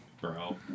Bro